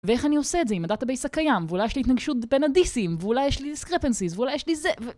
ואיך אני עושה את זה אם הדאטה בייס הקיים, ואולי יש לי התנגשות בין הדיסים, ואולי יש לי discrepancies, ואולי יש לי זה ו...